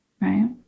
right